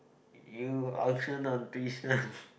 you